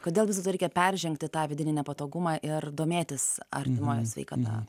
kodėl vis dėlto reikia peržengti tą vidinį nepatogumą ir domėtis artimojo sveikata